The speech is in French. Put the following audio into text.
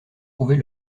trouver